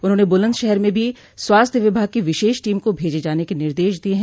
उन्होंने बुलन्दशहर में भी स्वास्थ्य विभाग की विशेष टीम को भेजे जाने के निर्देश दिये हैं